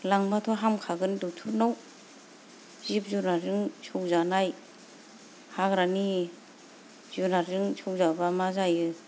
लांबाथ' हामखागोन डक्टर नाव जिब जुनारजों सौजानाय हाग्रानि जुनादजों सौजाबा मा जायो